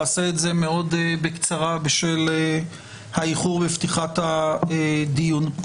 אעשה את זה מאוד בקצרה בשל האיחור בפתיחת הדיון.